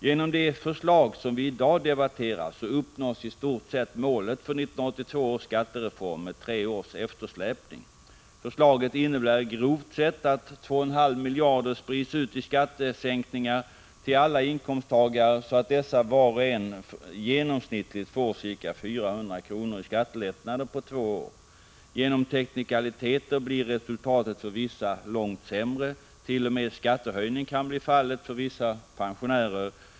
Genom det förslag som vi i dag debatterar uppnås i stort sett målet för 1982 års skattereform med tre års eftersläpning. Förslaget innebär grovt sett att 2,5 miljarder sprids ut i skattesänkningar till alla inkomsttagare, så att dessa var och en genomsnittligt får ca 400 kr. i skattelättnader på två år. Genom teknikaliteter blir resultatet för vissa långt sämre —t.o.m. skattehöjning kan bli fallet för vissa pensionärer.